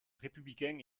républicain